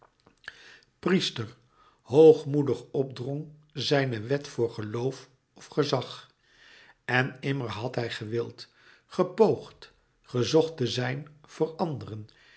priester hoogmoedig opdrong zijne wet voor geloof of gezag en immer had hij gewild gepoogd gezocht te zijn voor anderen